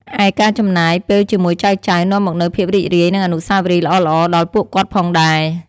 ឯការចំណាយពេលជាមួយចៅៗនាំមកនូវភាពរីករាយ និងអនុស្សាវរីយ៍ល្អៗដល់ពួកគាត់ផងដែរ។